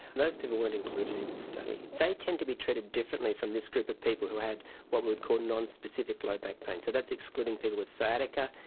those people weren't included in this study. they tend to be treated differently from this group of people who had what we would call non-specific low back pain. so that's excluding people with sciatica,